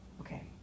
Okay